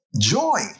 joy